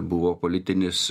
buvo politinis